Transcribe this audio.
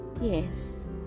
Yes